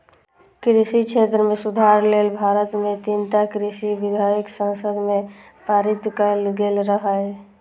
कृषि क्षेत्र मे सुधार लेल भारत मे तीनटा कृषि विधेयक संसद मे पारित कैल गेल रहै